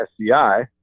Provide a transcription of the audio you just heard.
SCI